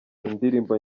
indirimbo